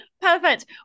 Perfect